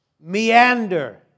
meander